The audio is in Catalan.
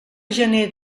gener